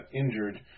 injured